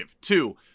Two